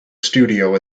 studio